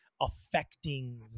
affecting